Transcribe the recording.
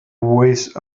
voice